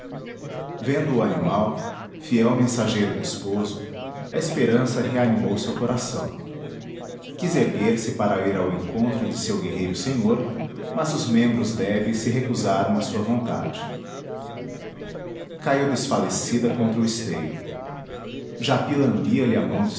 vendo o animal fiel mensageiro do esposo a esperança reanimou seu coração quis erguer-se para ir ao encontro de seu guerreiro senhor mas os membros débeis se recusaram à sua vontade caiu desfalecida contra o esteio japi lambia lhe a